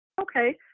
Okay